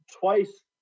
twice